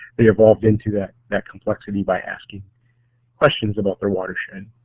they evolved into that that complexity by asking questions about their watershed.